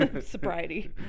Sobriety